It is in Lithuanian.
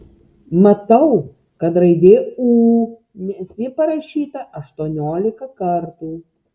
matau kad raidė ū nes ji parašyta aštuoniolika kartų